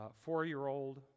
four-year-old